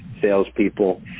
salespeople